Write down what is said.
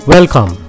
Welcome